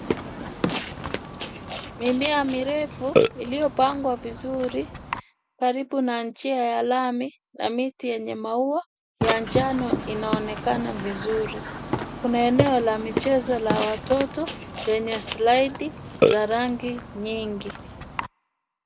Mimea mirefu iliyopangwa vizuri karibu na njia ya lami na miti yenye maua ya njano inaonekana vizuri. Kuna eneo la michezo la watoto lenye slide za rangi nyingi.